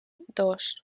dos